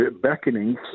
beckoning